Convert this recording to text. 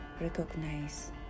recognize